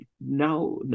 now